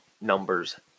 numbers